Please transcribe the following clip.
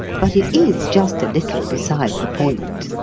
but it is just a little beside the point.